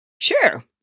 sure